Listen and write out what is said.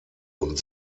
und